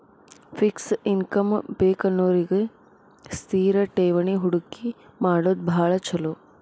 fix income ಬೇಕನ್ನೋರಿಗಿ ಸ್ಥಿರ ಠೇವಣಿ ಹೂಡಕಿ ಮಾಡೋದ್ ಭಾಳ್ ಚೊಲೋ